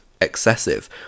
excessive